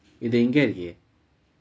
you didn't get here area